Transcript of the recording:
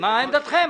מה עמדתכם?